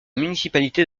municipalité